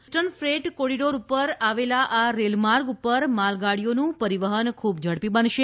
eastern freight corridor પર આવેલા આ રેલમાર્ગ પર માલગાડીઓનું પરિવહન ખૂબ ઝડપી બનશે